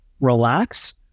relax